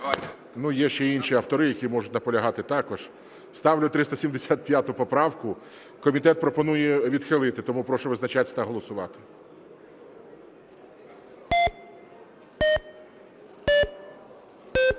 Є ще інші автори, які можуть наполягати також. Ставлю 375 поправку. Комітет пропонує відхилити. Тому прошу визначатись та голосувати.